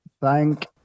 thank